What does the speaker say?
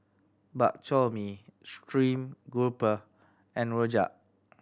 Bak Chor Mee stream grouper and rojak